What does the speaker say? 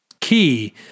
key